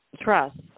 trust